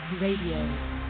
Radio